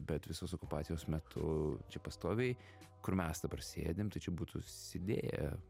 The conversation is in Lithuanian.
bet visos okupacijos metu čia pastoviai kur mes dabar sėdim tai čia būtų sėdėję